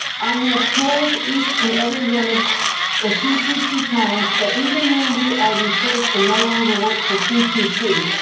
i have told each and every one of the c two c clients that even when we are replaced and no longer work for c two c,